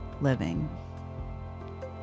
living